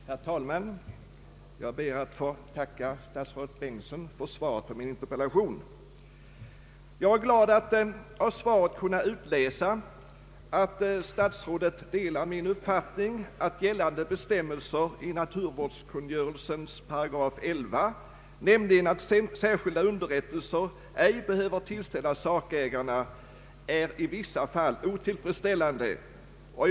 Herr talman! Jag ber att få tacka statsrådet Bengtsson för svaret på min interpellation. Jag är glad att av svaret kunna utläsa att statsrådet delar min uppfattning att gällande bestämmelser i naturvårdskungörelsens 11 §, nämligen att särskilda underrättelser ej behöver tillställas sakägarna, är otillfredsställande i vissa fall.